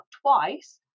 twice